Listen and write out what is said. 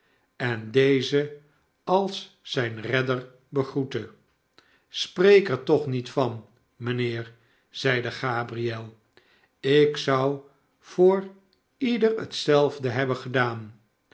en dezen als zijn redder begroette spreek er toch niet van mijnheer zeide gabriel ik zou voor iedereen hetzelfde hebben gedaan